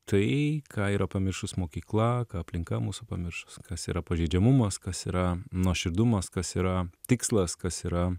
tai ką yra pamiršus mokykla aplinka mūsų pamiršus kas yra pažeidžiamumas kas yra nuoširdumas kas yra tikslas kas yra